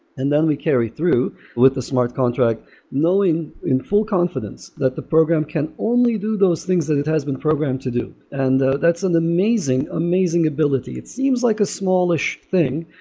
and then we carry through with the smart contract knowing in full confidence that the program can't only do those things that it has been programmed to do. and that's an amazing, amazing ability. it seems like a smallish thing,